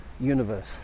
universe